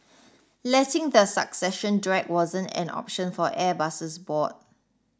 letting the succession drag wasn't an option for Airbus's board